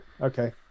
Okay